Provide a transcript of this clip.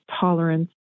tolerance